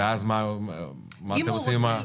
ומה אתם עושים עם הכסף?